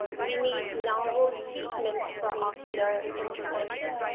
we need novel treatment for ocular inflammation,